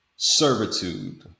servitude